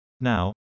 Now